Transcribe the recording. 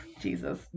Jesus